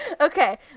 Okay